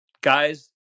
Guys